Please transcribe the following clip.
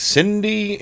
Cindy